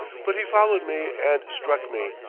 but he followed me and struck me,